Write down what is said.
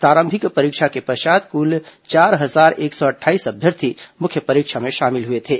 प्रारंभिक परीक्षा के पश्चात कुल चार हजार एक सौ अट्ठाईस अभ्यर्थी मुख्य परीक्षा में शामिल हुए थे